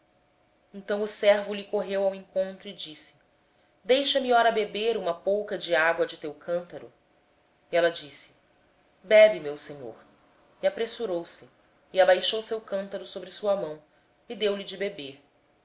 então o servo correu-lhe ao encontro e disse deixa-me beber peço-te um pouco de água do teu cântaro respondeu ela bebe meu senhor então com presteza abaixou o seu cântaro sobre a mão e deu-lhe de beber